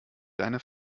deine